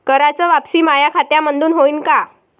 कराच वापसी माया खात्यामंधून होईन का?